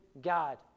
God